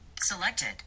Selected